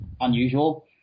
unusual